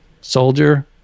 soldier